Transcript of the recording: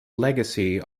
legacy